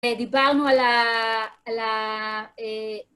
דיברנו על ה...